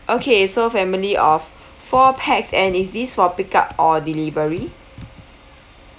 okay so family of four pax and is this for pick up or delivery